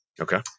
Okay